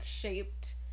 shaped